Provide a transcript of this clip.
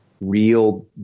real